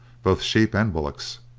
both sheep and bullocks.